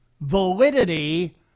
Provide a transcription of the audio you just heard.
validity